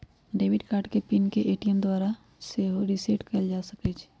debit card के PIN के ATM द्वारा सेहो रीसेट कएल जा सकै छइ